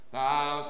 Thou